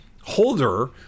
holder